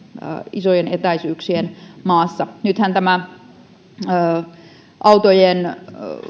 isojen etäisyyksien maassa nythän tähän autojen